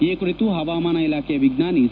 ಈ ಕುರಿತು ಹವಾಮಾನ ಇಲಾಖೆಯ ವಿಜ್ಞಾನಿ ಸಿ